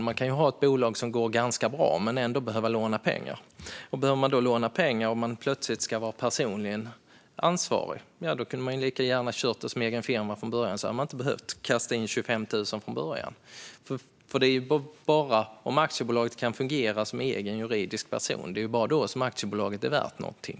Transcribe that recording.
Man kan ha ett bolag som går ganska bra men ändå behöva låna pengar. Behöver man låna pengar och man plötsligt är personligen ansvarig hade man lika gärna kunnat ha en enskild firma från början. Då hade man inte behövt kasta in 25 000 från början. Det är bara om aktiebolaget kan fungera som egen juridisk person som aktiebolaget är värt någonting.